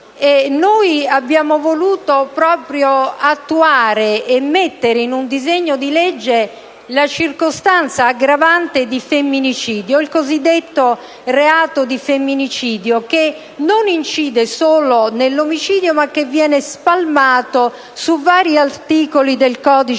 Noi abbiamo voluto inserire in un disegno di legge la circostanza aggravante di femminicidio, il cosiddetto reato di femminicidio, che non incide solo sull'omicidio ma viene spalmato su vari articoli del codice